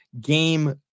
game